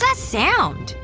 ah sound?